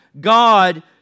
God